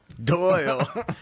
Doyle